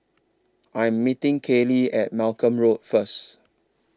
I Am meeting Caylee At Malcolm Road First